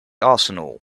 arsenal